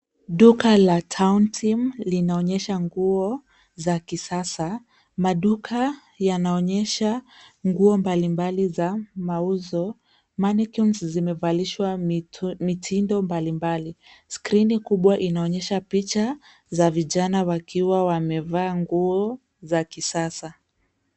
Duka la Town Team linaonyesha nguo za kisasa. Maduka yanaonyesha nguo mbalimbali za mauzo, manekwins zimevalishwa mitindo mbalimbali. Skrini kubwa inaonyesha picha za vijana wakiwa wamevaa nguo za kisasa.